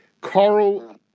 Carl